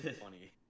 funny